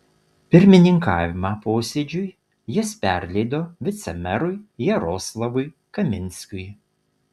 pirmininkavimą posėdžiui jis perleido vicemerui jaroslavui kaminskiui